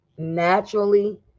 Naturally